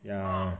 ya